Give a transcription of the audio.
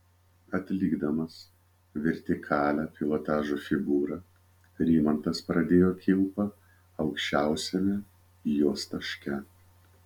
atlikdamas vertikalią pilotažo figūrą rimantas pradėjo kilpą aukščiausiame jos taške